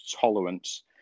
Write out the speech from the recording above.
tolerance